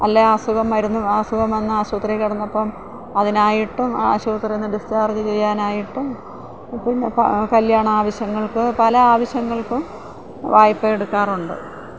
അല്ലേ അസുഖം മരുന്ന് അസുഖം വന്ന് ആശുപത്രിയില് കിടന്നപ്പോള് അതിനായിട്ടും ആശുപത്രിയില്നിന്ന് ഡിസ്ചാർജ് ചെയ്യാനായിട്ടും പിന്നെ കല്യാണ ആവശ്യങ്ങൾക്ക് പല ആവശ്യങ്ങൾക്കും വായ്പയെടുക്കാറുണ്ട്